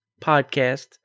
Podcast